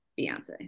Beyonce